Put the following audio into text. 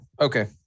Okay